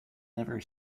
never